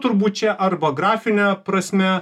turbūt čia arba grafine prasme